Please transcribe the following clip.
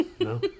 No